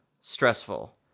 stressful